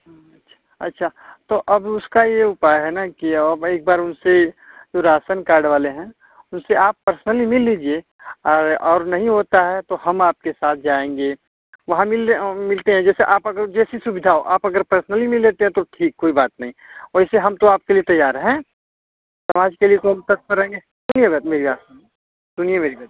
हूं अच्छा अच्छा तो अब उसका ये उपाय है ना कि आ भाई एक बार उनसे तो राशन कार्ड वाले हैं उनसे आप पर्सनली मिल लीजिए आर और नहीं होता है तो हम आपके साथ जाएँगे वहाँ मिल लें मिलते हैं जैसे आप अगर जैसी सुविधा हो आप अगर पर्सनली मिल लेते हैं तो ठीक कोई बात नहीं वैसे हम तो आपके लिए तैयार हैं हैं समाज के लिए हम तत्पर रहेंगे सुनिए बात मेरी बात सुनिए मेरी बात